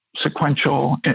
sequential